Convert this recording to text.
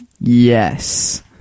yes